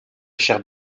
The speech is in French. chair